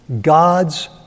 God's